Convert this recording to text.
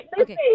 okay